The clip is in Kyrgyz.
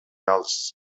алыс